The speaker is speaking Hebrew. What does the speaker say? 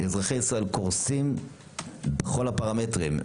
אזרחי ישראל קורסים בכל הפרמטרים.